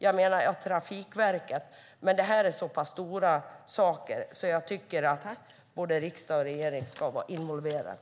Det är Trafikverket, men det här är så pass stora saker att både riksdag och regering borde vara involverade.